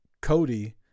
Cody